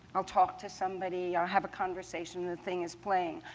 i'll talk to somebody, i'll have a conversation, the thing is playing.